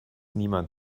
niemand